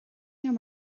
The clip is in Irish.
liom